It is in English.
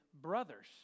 brothers